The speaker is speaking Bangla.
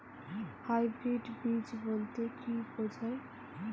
হাইব্রিড বীজ বলতে কী বোঝায়?